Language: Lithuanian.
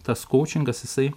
tas kaučingas jisai